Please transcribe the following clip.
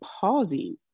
pausing